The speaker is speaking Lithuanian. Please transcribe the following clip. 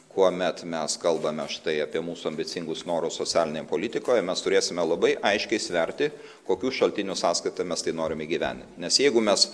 kuomet mes kalbame štai apie mūsų ambicingus norus socialinėje politikoje mes turėsime labai aiškiai sverti kokių šaltinių sąskaita mes tai norime įgyvendint nes jeigu mes